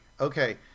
okay